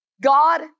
God